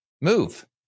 move